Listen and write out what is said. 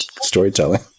storytelling